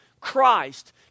Christ